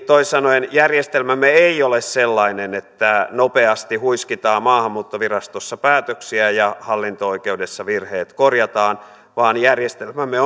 toisin sanoen järjestelmämme ei ole sellainen että nopeasti huiskitaan maahanmuuttovirastossa päätöksiä ja hallinto oikeudessa virheet korjataan vaan järjestelmämme